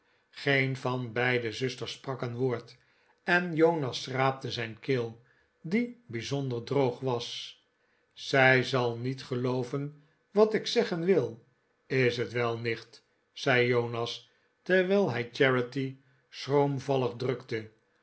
geen van beide zusters sprak een woord en jonas schraapte zijn keel die bijzonder droog was zij zal niet gelooven wat ik zeggen wil is t wel nicht zei jonas terwijl hij charity schroomvallig drukte